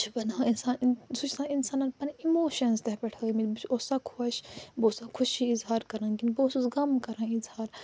چھِ بناوان اِنسان سُہ چھُ اِنسانَن پَنٕنۍ اِموشَنٕز تتھ پٮ۪ٹھ ہٲومٕتۍ بہٕ اوس سا خۄش بہٕ اوس سا خوٚشی اِظہار کَران کِنہٕ بہٕ اوسُس غم کَران اِظہار